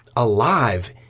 alive